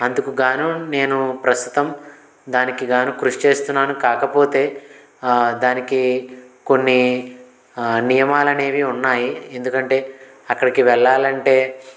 అందుకు గాను నేను ప్రస్తుతం దానికిగాను కృషి చేస్తున్నాను కాకపోతే దానికి కొన్ని నియమాలు అనేవి ఉన్నాయి ఎందుకంటే అక్కడికి వెళ్లాలంటే